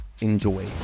enjoy